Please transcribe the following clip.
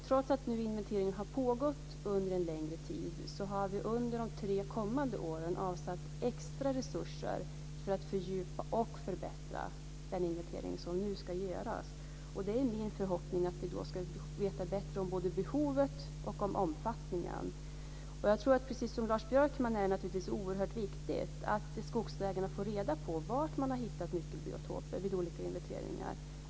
Trots att den nu har pågått under en längre tid har vi under de tre kommande åren avsatt extra resurser för att fördjupa och förbättra den inventeringen som nu ska göras. Det är min förhoppning att vi då ska få veta både behovet och omfattningen. Precis som Lars Björkman sade är det naturligtvis oerhört viktigt att skogsägarna får reda på var man har hittat nyckelbiotoper vid olika inventeringar.